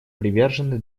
привержены